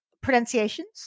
pronunciations